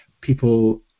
people